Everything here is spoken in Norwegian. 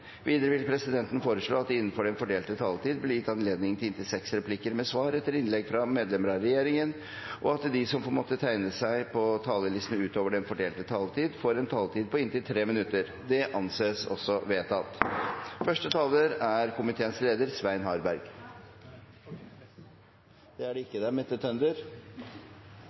Videre vil presidenten foreslå at det – innenfor den fordelte taletid – blir gitt anledning til inntil seks replikker med svar etter innlegg fra medlemmer av regjeringen, og at de som måtte tegne seg på talerlisten utover den fordelte taletid, får en taletid på inntil 3 minutter. – Det anses vedtatt.